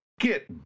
Get